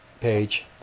page